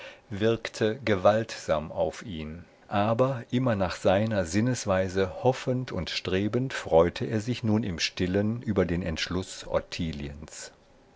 wirkte gewaltsam auf ihn aber immer nach seiner sinnesweise hoffend und strebend freute er sich nun im stillen über den entschluß